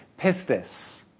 pistis